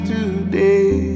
Today